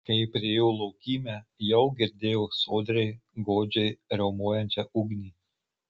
kai priėjo laukymę jau girdėjo sodriai godžiai riaumojančią ugnį